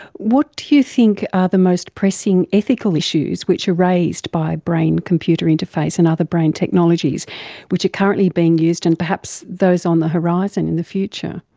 what do you think are the most pressing ethical issues which are raised by brain-computer interface and other brain technologies which are currently being used and perhaps those on the horizon in the future?